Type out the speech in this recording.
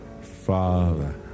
Father